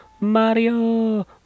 Mario